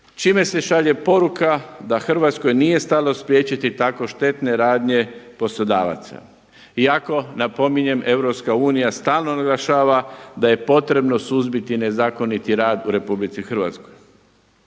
čime se šalje poruka da Hrvatskoj nije stalo spriječiti tako štetne radnje poslodavaca. Iako napominjem EU stalno naglašava da je potrebno suzbiti nezakoniti rad u RH. Ova